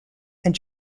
and